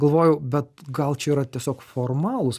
galvojau bet gal čia yra tiesiog formalūs